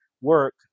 work